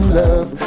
love